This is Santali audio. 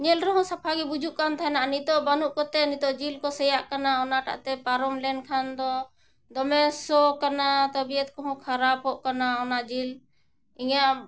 ᱧᱮᱞ ᱨᱮᱦᱚᱸ ᱥᱟᱯᱷᱟ ᱜᱮ ᱵᱩᱡᱩᱜ ᱠᱟᱱ ᱛᱟᱦᱮᱱᱟ ᱱᱤᱛᱚᱜ ᱵᱟᱹᱱᱩᱜ ᱠᱚᱛᱮ ᱱᱤᱛᱚᱜ ᱡᱤᱞ ᱠᱚ ᱥᱮᱭᱟᱜ ᱠᱟᱱᱟ ᱚᱱᱟᱴᱟᱜ ᱛᱮ ᱯᱟᱨᱚᱢ ᱞᱮᱱᱠᱷᱟᱱ ᱫᱚ ᱫᱚᱢᱮ ᱥᱳ ᱠᱟᱱᱟ ᱛᱟᱹᱵᱤᱭ ᱠᱚᱦᱚᱸ ᱠᱷᱟᱨᱟᱯᱚᱜ ᱠᱟᱱᱟ ᱚᱱᱟ ᱡᱤᱞ ᱤᱧᱟᱹᱜ